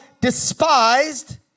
despised